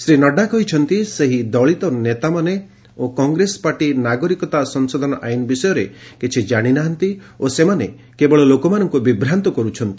ଶ୍ରୀ ନଡ୍ରା କହିଛନ୍ତି ସେହି ଦଳୀତ ନେତାମାନେ ଓ କଂଗ୍ରେସ ପାର୍ଟି ନାଗରିକତା ସଂଶୋଧନ ଆଇନ୍ ବିଷୟରେ କିଛି ଜାଣି ନାହାନ୍ତି ଓ ସେମାନେ କେବଳ ଲୋକମାନଙ୍କୁ ବିଭ୍ରାନ୍ତ କରୁଛନ୍ତି